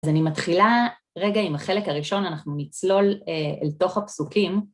אז אני מתחילה רגע עם החלק הראשון, אנחנו נצלול אל תוך הפסוקים.